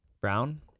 Brown